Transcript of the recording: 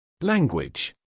Language